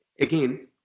again